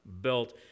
built